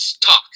talk